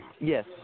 Yes